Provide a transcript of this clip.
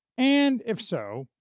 and if so,